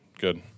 good